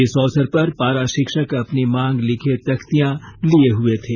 इस अवसर पर पारा शिक्षक अपनी मांग लिखे तख्तियां लिए हए थे